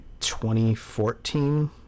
2014